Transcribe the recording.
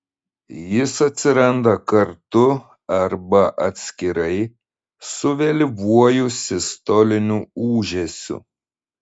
jis atsiranda kartu arba atskirai su vėlyvuoju sistoliniu ūžesiu